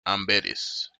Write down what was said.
amberes